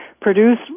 produce